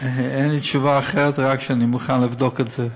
אין לי תשובה אחרת, רק שאני מוכן לבדוק את זה.